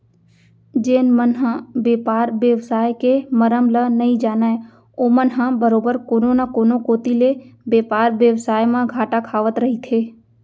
जेन मन ह बेपार बेवसाय के मरम ल नइ जानय ओमन ह बरोबर कोनो न कोनो कोती ले बेपार बेवसाय म घाटा खावत रहिथे